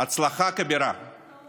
להכרעת בית